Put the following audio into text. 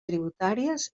tributàries